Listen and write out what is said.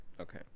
okay